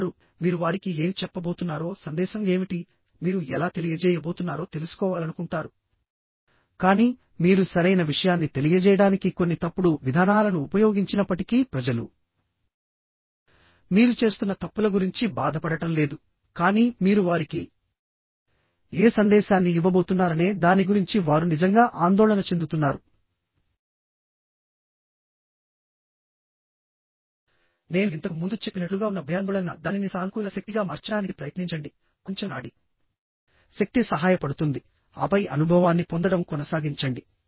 వారు మీరు వారికి ఏమి చెప్పబోతున్నారోసందేశం ఏమిటిమీరు ఎలా తెలియజేయబోతున్నారో తెలుసుకోవాలనుకుంటారుకానీ మీరు సరైన విషయాన్ని తెలియజేయడానికి కొన్ని తప్పుడు విధానాలను ఉపయోగించినప్పటికీ ప్రజలు మీరు చేస్తున్న తప్పుల గురించి బాధపడటం లేదు కానీ మీరు వారికి ఏ సందేశాన్ని ఇవ్వబోతున్నారనే దాని గురించి వారు నిజంగా ఆందోళన చెందుతున్నారు నేను ఇంతకు ముందు చెప్పినట్లుగా ఉన్న భయాందోళనదానిని సానుకూల శక్తిగా మార్చడానికి ప్రయత్నించండికొంచెం నాడీ శక్తి సహాయపడుతుందిఆపై అనుభవాన్ని పొందడం కొనసాగించండి